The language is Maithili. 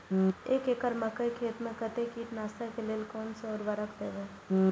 एक एकड़ मकई खेत में कते कीटनाशक के लेल कोन से उर्वरक देव?